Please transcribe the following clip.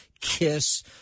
KISS